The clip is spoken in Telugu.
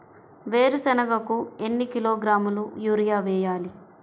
వేరుశనగకు ఎన్ని కిలోగ్రాముల యూరియా వేయాలి?